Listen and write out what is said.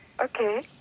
Okay